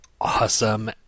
awesome